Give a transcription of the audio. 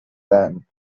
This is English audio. then